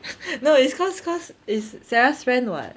no it's cause cause is sarah's friend [what]